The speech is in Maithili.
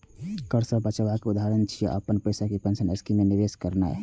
कर सं बचावक उदाहरण छियै, अपन पैसा कें पेंशन स्कीम मे निवेश करनाय